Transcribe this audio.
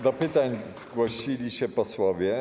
Do pytań zgłosili się posłowie.